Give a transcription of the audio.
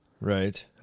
Right